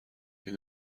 این